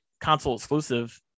console-exclusive